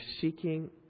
seeking